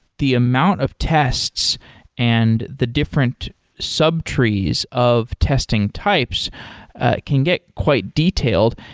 the amount of tests and the different sub-trees of testing types can get quite detailed.